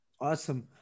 Awesome